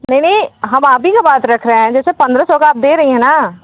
नहीं नहीं हम आप ही का बात रख रहे हैं जैसे पन्द्रह सौ का आप दे रही है ना